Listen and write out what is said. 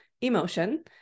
emotion